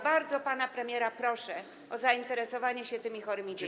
Bardzo pana premiera proszę o zainteresowanie się tymi chorymi dziećmi.